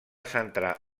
centrar